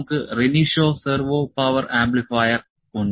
നമുക്ക് Renishaw servo power amplifier ഉണ്ട്